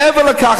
מעבר לכך,